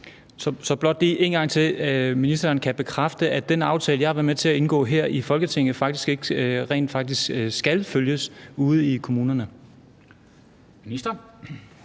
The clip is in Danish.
Så blot lige en gang til: Kan ministeren bekræfte, at den aftale, jeg har været med til at indgå her i Folketinget, faktisk ikke skal følges ude i kommunerne? Kl.